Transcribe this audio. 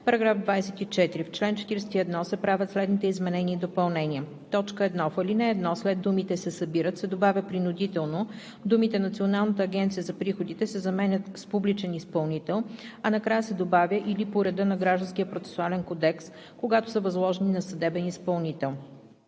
§ 24: „§ 24. В чл. 41 се правят следните изменения и допълнения: 1. В ал. 1 след думите „се събират“ се добавя „принудително“, думите „Националната агенция за приходите“ се заменят с „публичен изпълнител“, а накрая се добавя „или по реда на Гражданския процесуален кодекс, когато са възложени на съдебен изпълнител.“